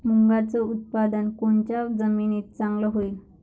मुंगाचं उत्पादन कोनच्या जमीनीत चांगलं होईन?